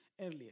earlier